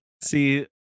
see